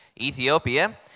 Ethiopia